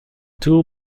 two